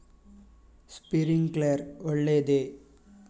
Sprinkler ಒಳ್ಳೇದೇ?